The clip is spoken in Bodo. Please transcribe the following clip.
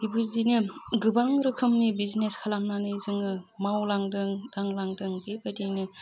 बेबायदिनो गोबां रोखोमनि बिजनेस खालामनानै जोङो मावलांदों दांलांदों बेबायदिनो